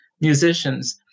musicians